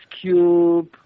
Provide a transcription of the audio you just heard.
Cube